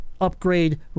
upgrade